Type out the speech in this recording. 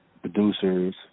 producers